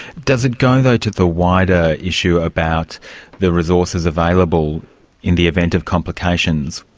does it go, though, to the wider issue about the resources available in the event of complications,